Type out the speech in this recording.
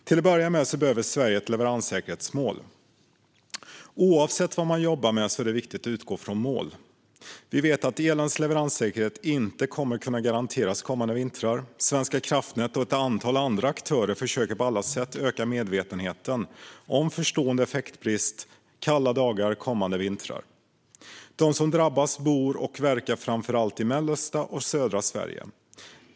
För det första behöver Sverige ett leveranssäkerhetsmål. Oavsett vad man jobbar med är det viktigt att utgå från mål. Vi vet att elens leveranssäkerhet inte kommer att kunna garanteras kommande vintrar. Svenska kraftnät och ett antal andra aktörer försöker på alla sätt att öka medvetenheten om förestående effektbrist under kalla dagar kommande vintrar. De som drabbas bor och verkar framför allt i mellersta och södra Sverige.